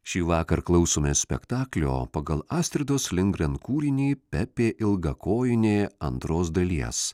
šįvakar klausomės spektaklio pagal astridos lindgren kūrinio pepė ilgakojinė antros dalies